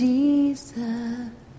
Jesus